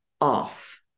off